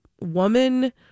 woman